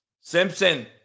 Simpson